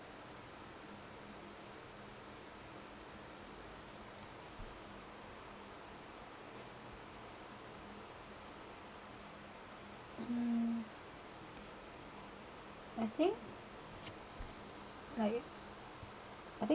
um I think like I think